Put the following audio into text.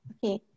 Okay